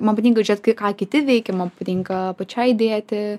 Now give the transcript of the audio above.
man patinka žiūrėt kai ką kiti veikia man patinka pačiai dėti